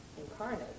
incarnate